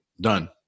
done